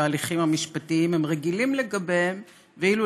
אלה שההליכים המשפטיים לגביהם רגילים,